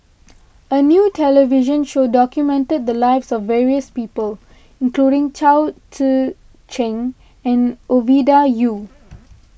a new television show documented the lives of various people including Chao Tzee Cheng and Ovidia Yu